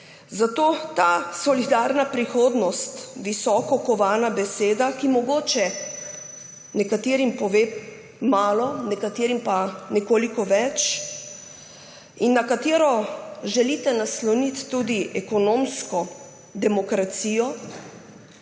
Zato je ta solidarna prihodnost, visoko kovana beseda, ki mogoče nekaterim pove malo, nekaterim pa nekoliko več in na katero želite nasloniti tudi ekonomsko demokracijo,